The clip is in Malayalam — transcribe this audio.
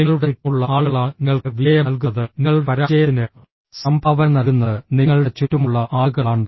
നിങ്ങളുടെ ചുറ്റുമുള്ള ആളുകളാണ് നിങ്ങൾക്ക് വിജയം നൽകുന്നത് നിങ്ങളുടെ പരാജയത്തിന് സംഭാവന നൽകുന്നത് നിങ്ങളുടെ ചുറ്റുമുള്ള ആളുകളാണ്